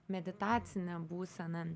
meditacinę būseną